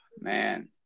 Man